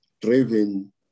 driven